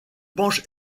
penche